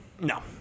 No